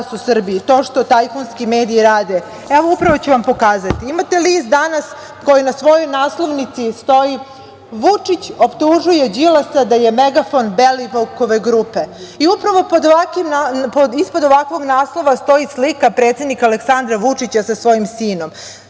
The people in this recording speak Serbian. u Srbiji to što tajkunski mediji rade? Upravo ću vam pokazati. Imate list „Danas“ koji na svojoj naslovnici ima – Vučić optužuje Đilasa da je megafon Belivukove grupe. Upravo ispod ovakvog naslova stoji slika predsednika Aleksandra Vučića sa svojim sinom.